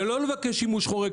ולא לבקש שימוש חורג,